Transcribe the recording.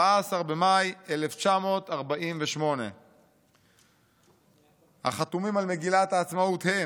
14 במאי 1948". החתומים על מגילת העצמאות הם